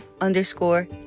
underscore